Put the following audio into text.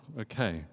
okay